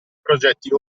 progetti